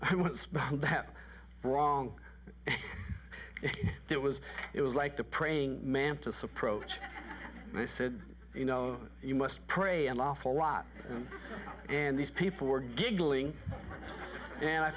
i was wrong it was it was like the praying mantis approach i said you know you must pray an awful lot and these people were giggling and i